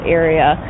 area